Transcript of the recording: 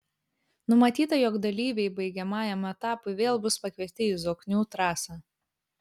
numatyta jog dalyviai baigiamajam etapui vėl bus pakviesti į zoknių trasą